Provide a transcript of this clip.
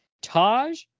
Taj